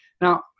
Now